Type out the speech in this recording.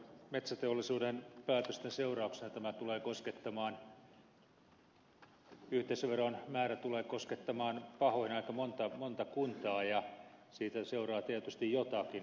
metsäteollisuuden päätösten seurauksena yhteisöveron määrä tulee koskettamaan pahoin aika montaa kuntaa ja siitä seuraa tietysti jotakin